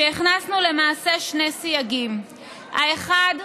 והכנסנו, למעשה, שני סייגים: האחד,